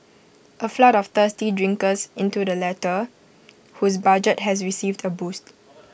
A flood of thirsty drinkers into the latter whose budget has received A boost